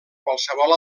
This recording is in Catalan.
qualsevol